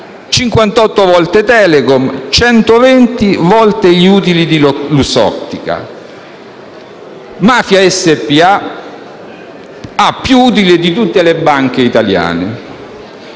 58 volte Telecom, 120 volte gli utili di Luxottica. "Mafia Spa" ha più utili di tutte le banche italiane.